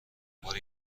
دنبال